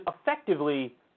effectively